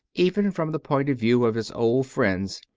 even from the point of view of his old friends,